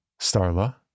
Starla